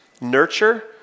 Nurture